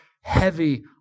heavy